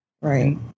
Right